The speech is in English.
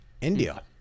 India